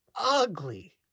ugly